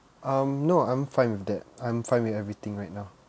um no I'm fine with that I'm fine with everything right now